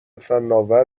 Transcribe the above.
فناور